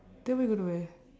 then what you gonna wear